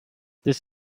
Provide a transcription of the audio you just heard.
this